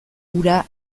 hura